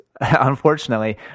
unfortunately